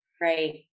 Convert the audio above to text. Right